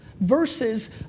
versus